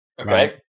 Okay